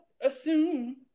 assume